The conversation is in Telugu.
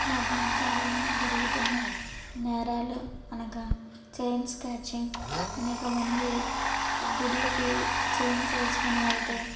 మా ప్రాంతాలలో జరుగుతున్న నేరాలు అనగా చైన్ స్నాచింగ్ అనేక మంది గుడ్లకి చైన్స్ వేసుకొని వెల్తే